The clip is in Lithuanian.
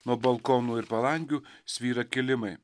nuo balkonų ir palangių svyra kilimai